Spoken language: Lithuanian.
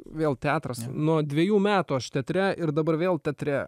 vėl teatras nuo dvejų metų aš teatre ir dabar vėl teatre